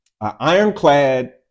ironclad